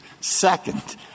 Second